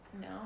No